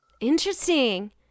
Interesting